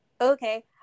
Okay